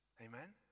Amen